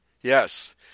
Yes